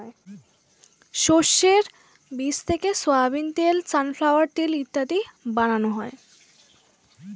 শস্যের বীজ থেকে সোয়াবিন তেল, সানফ্লাওয়ার তেল ইত্যাদি বানানো হয়